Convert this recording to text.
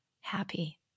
happy